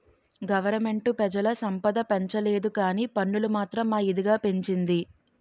government పెజల సంపద పెంచలేదుకానీ పన్నులు మాత్రం మా ఇదిగా పెంచింది